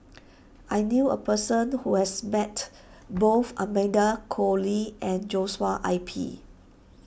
I knew a person who has met both Amanda Koe Lee and Joshua I P